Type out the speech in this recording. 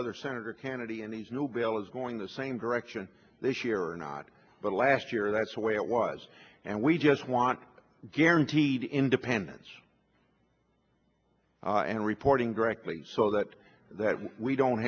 whether senator kennedy and his new bill is going the same direction this year or not but last year that's the way it was and we just want guaranteed independence and reporting directly so that we don't